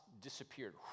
disappeared